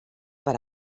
per